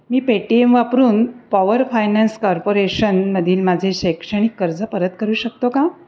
मी Paytm वापरून power finance कॉर्पोरेशनमधील माझे शैक्षणिक कर्ज परत करू शकतो का